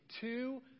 two